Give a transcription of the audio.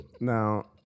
Now